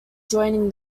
joining